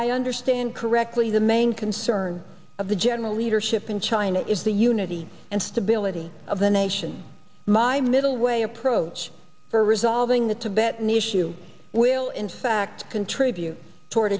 i understand correctly the main concern of the general leadership in china is the unity and stability of the nation my middle way approach for resolving the tibetan issue will in fact contribute toward